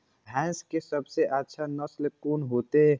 भैंस के सबसे अच्छा नस्ल कोन होते?